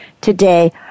today